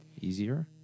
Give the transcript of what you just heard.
easier